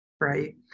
right